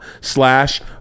slash